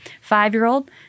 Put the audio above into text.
Five-year-old